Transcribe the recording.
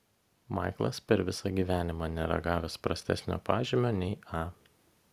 maiklas per visą gyvenimą nėra gavęs prastesnio pažymio nei a